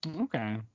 Okay